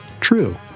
true